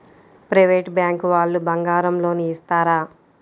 Private bank వాళ్ళు బంగారం loan ఇస్తారా?